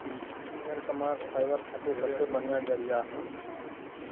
भेड़ क मांस फाइबर खातिर सबसे बढ़िया जरिया हौ